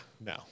no